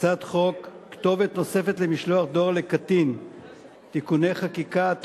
הצעת חוק כתובת נוספת למשלוח דואר לקטין (תיקוני חקיקה),